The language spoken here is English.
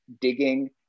digging